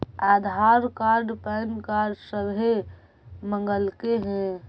आधार card PAN card सभे मगलके हे?